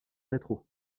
rétro